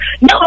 no